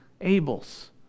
Abel's